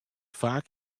faak